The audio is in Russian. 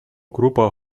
группа